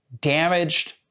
damaged